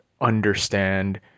understand